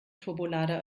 turbolader